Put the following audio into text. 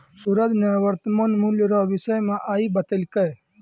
सूरज ने वर्तमान मूल्य रो विषय मे आइ बतैलकै